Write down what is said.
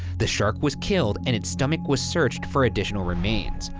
the shark was killed and its stomach was searched for additional remains,